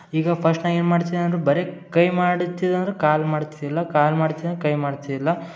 ಈಗ ಫಸ್ಟ್ ನ ಏನು ಮಾಡ್ತೀನಿ ಅಂದ್ರೆ ಬರೇ ಕೈ ಮಾಡಿತ್ತಿದ್ದು ಅಂದ್ರೆ ಕಾಲು ಮಾಡ್ತಿದಿಲ್ಲ ಕಾಲು ಮಾಡ್ತಿಲ್ಲ ಅಂದರೆ ಕೈ ಮಾಡ್ತಿದಿಲ್ಲ